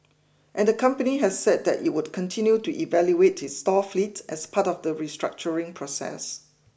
and the company has said that it would continue to evaluate its store fleet as part of the restructuring process